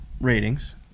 ratings